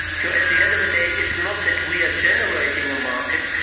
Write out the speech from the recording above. so at the end of the day it's not that we are generating a market,